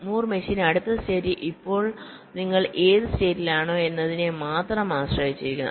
Moore machine അടുത്ത state ഇപ്പോൾ നിങ്ങൾ ഏത് സ്റ്റേറ്റിൽ ആണോ എന്നതിനെ മാത്രം ആശ്രയിച്ചിരിക്കുന്നു